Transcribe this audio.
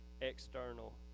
external